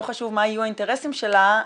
לא חשוב מה האינטרסים שלה,